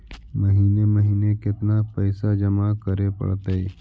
महिने महिने केतना पैसा जमा करे पड़तै?